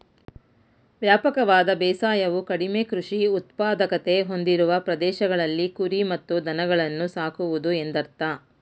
ವ್ಯಾಪಕವಾದ ಬೇಸಾಯವು ಕಡಿಮೆ ಕೃಷಿ ಉತ್ಪಾದಕತೆ ಹೊಂದಿರುವ ಪ್ರದೇಶಗಳಲ್ಲಿ ಕುರಿ ಮತ್ತು ದನಗಳನ್ನು ಸಾಕುವುದು ಎಂದರ್ಥ